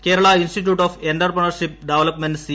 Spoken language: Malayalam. Kerala institute of entrepreneurship development C